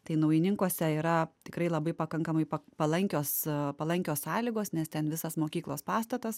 tai naujininkuose yra tikrai labai pakankamai palankios palankios sąlygos nes ten visas mokyklos pastatas